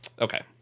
Okay